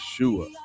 Yeshua